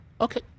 Okay